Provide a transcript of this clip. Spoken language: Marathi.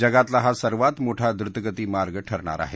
जगातला हा सर्वात मोठा द्वुतगती मार्ग ठरणार आहे